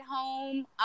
home